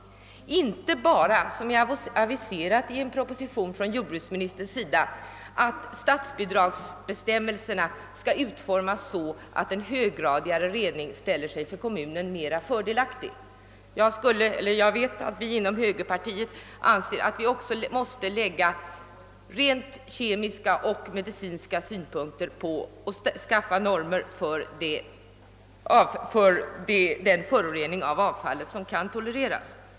Det räcker kanske inte med de bestämmelser som aviserats i en proposition från jordbruksministern om att statsbidragsbestämmelserna skall utformas så, att en höggradigare rening ställer sig mera fördelaktig för kommunerna? Vi inom högerpartiet anser att det också måste anläggas rent biologiska och medicinska synpunkter på problemet, och det måste skapas normer för hur stor förorening av avfallet som kan tolereras.